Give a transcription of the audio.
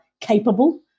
capable